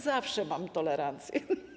Zawsze mam tolerancję.